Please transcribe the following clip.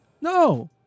No